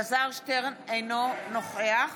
אינו נוכח